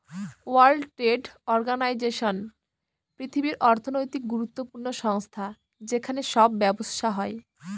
world trade organisation পৃথিবীর অর্থনৈতিক গুরুত্বপূর্ণ সংস্থা যেখানে সব ব্যবসা হয়